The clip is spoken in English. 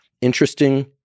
interesting